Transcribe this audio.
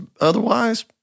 Otherwise